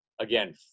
again